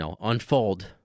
unfold